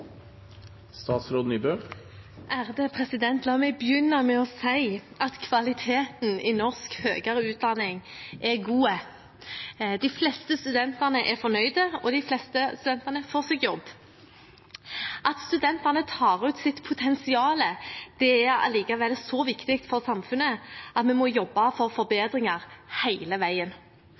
De fleste studentene er fornøyd, og de fleste studentene får seg jobb. At studentene tar ut sitt potensial, er likevel så viktig for samfunnet at vi må jobbe for forbedringer – hele veien.